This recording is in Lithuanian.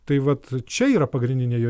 tai vat čia yra pagrindinė jo